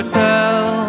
tell